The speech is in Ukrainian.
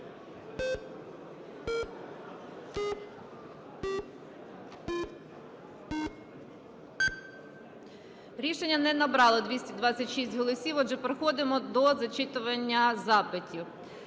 Рішення не набрало 226 голосів. Отже, переходимо до зачитування запитів.